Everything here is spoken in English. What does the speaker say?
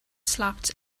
slapped